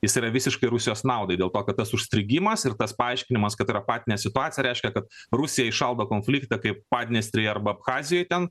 jis yra visiškai rusijos naudai dėl to kad tas užstrigimas ir tas paaiškinimas kad yra apatinė situacija reiškia kad rusija įšaldo konfliktą kaip padniestrėje arba abchazijoj ten